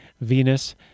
Venus